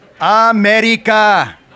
America